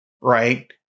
right